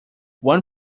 one